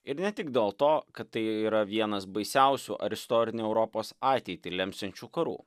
ir ne tik dėl to kad tai yra vienas baisiausių ar istorinę europos ateitį lemsiančių karų